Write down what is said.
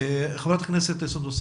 חברת הכנסת סונדוס סאלח.